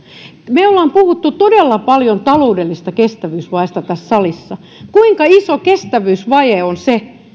me olemme puhuneet todella paljon taloudellisesta kestävyysvajeesta tässä salissa kuinka iso kestävyysvaje on se